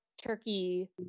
Turkey